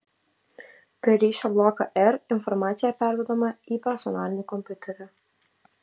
per ryšio bloką r informacija perduodama į personalinį kompiuterį